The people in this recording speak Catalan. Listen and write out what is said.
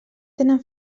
tenen